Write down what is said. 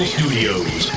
Studios